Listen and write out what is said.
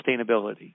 sustainability